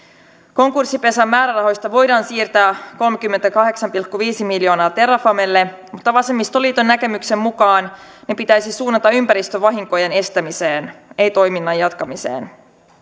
konkurssipesän määrärahoista voidaan siirtää kolmekymmentäkahdeksan pilkku viisi miljoonaa terrafamelle mutta vasemmistoliiton näkemyksen mukaan ne pitäisi suunnata ympäristövahinkojen estämiseen ei toiminnan jatkamiseen